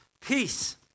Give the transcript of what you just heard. Peace